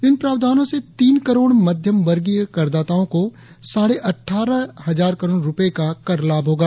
इन प्रावधानों से तीन करोड़ मध्यमवर्गीय करदाताओं को साढ़े अटठारह हजार करोड़ रुपये का कर लाभ होगा